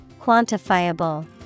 Quantifiable